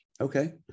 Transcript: Okay